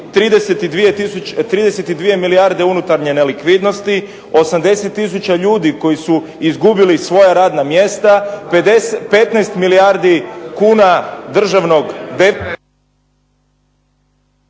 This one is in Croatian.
32 milijarde unutarnje nelikvidnosti, 80 tisuća ljudi koji su izgubili svoja radna mjesta, 15 milijardi kuna državnog